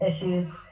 issues